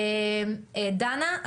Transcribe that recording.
דנה,